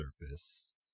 surface